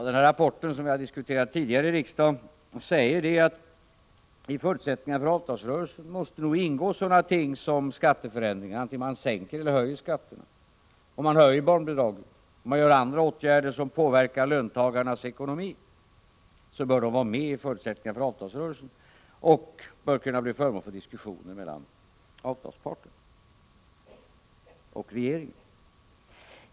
Den här rapporten, som vi tidigare diskuterat här i riksdagen, säger att i förutsättningarna för avtalsrörelsen måste nog ingå sådana ting som skatteförändringar, vare sig man sänker eller höjer skatterna. Om man höjer barnbidragen eller vidtar andra åtgärder som påverkar löntagarnas ekonomi, så bör detta vara med i förutsättningarna för avtalsrörelsen och bör kunna bli föremål för diskussioner mellan avtalsparterna och regeringen.